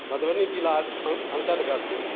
मधुबनी जिलाके अन्तर्गत